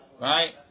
right